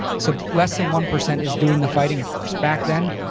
so less than one percent is doing the fighting for us. back then,